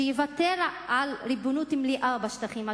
שיוותר על ריבונות מלאה בשטחים הכבושים,